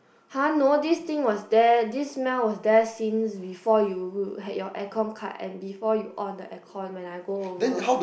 !huh! no this thing was there this smell was there since before you had your had your aircon cut and before you on your aircon when I go over